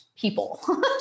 people